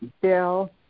bill